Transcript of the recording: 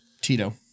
Tito